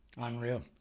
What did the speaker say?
Unreal